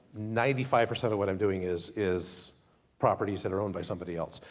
ninety five percent of what i'm doing, is is properties that are owned by somebody else.